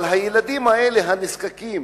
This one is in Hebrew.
אבל הילדים האלה, הנזקקים,